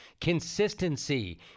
Consistency